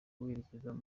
werekeza